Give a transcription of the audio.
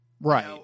Right